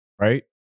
right